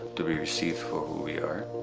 to be received for who we are.